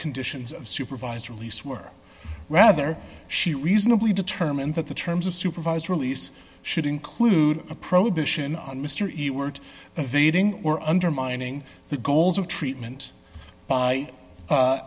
conditions of supervised release were rather she reasonably determined that the terms of supervised release should include a prohibition on mystery word the video or undermining the goals of treatment by